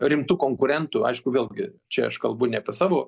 rimtu konkurentu aišku vėlgi čia aš kalbu ne apie savo